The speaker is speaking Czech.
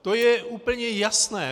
To je úplně jasné.